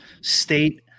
state